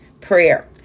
prayer